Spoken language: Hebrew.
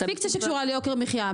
פיקציה שקשורה ליוקר המחיה,